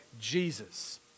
Jesus